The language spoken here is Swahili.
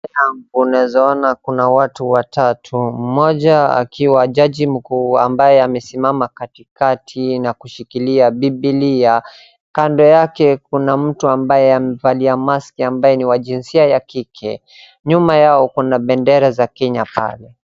Unawezaona kuna watu watatu, mmoja akiwa jaji mkuu ambaye amesimama katikati na kushikilia bibilia, kando yake kuna mtu ambaye amevalia maski ambaye ni wa jinsia ya kike, nyuma yao kuna bendera za Kenya pale.